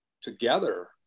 together